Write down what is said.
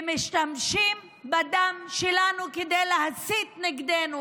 משתמשים בדם שלנו כדי להסית נגדנו,